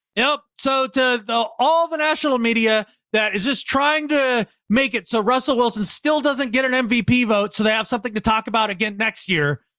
yup. so to the, all the national media that is this trying to make it, so russell wilson still doesn't get an mvp vote. so they have something to talk about again, next year,